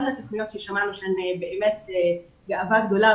התוכניות ששמענו שהן באמת גאווה גדולה,